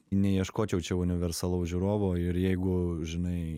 neieškočiau čia universalaus žiūrovo ir jeigu žinai